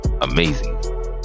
amazing